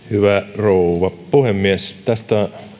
hyvä rouva puhemies tästä